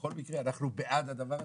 בכל מקרה אנחנו בעד הדבר הזה.